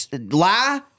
lie